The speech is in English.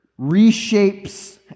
reshapes